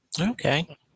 okay